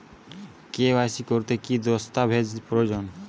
KYC করতে কি দস্তাবেজ প্রয়োজন?